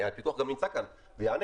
הפיקוח גם נמצא כאן ויענה,